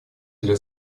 для